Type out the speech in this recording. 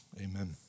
Amen